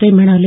ते म्हणाले